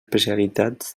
especialitats